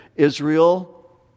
Israel